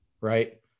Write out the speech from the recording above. right